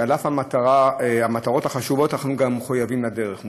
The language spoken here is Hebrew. שעל אף המטרות החשובות אנחנו גם מחויבים לדרך,